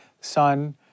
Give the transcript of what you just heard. Sun